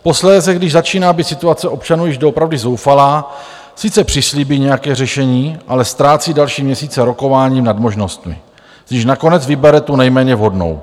Posléze, když začíná být situace občanů již doopravdy zoufalá, sice přislíbí nějaké řešení, ale ztrácí další měsíce rokováním nad možnostmi, z nichž nakonec vybere tu nejméně vhodnou.